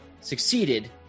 succeeded